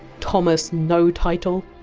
thomas notitle.